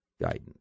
guidance